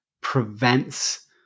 prevents